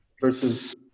versus